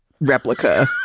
replica